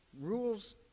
Rules